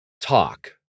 Talk